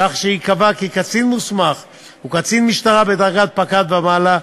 כך שייקבע כי קצין מוסמך הוא קצין משטרה בדרגת פקד ומעלה,